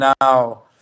now